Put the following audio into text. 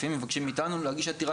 לפעמים מבקשים מאיתנו להגיש עתירה